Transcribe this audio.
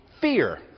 fear